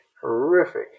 horrific